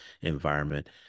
environment